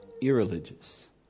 irreligious